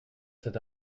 cet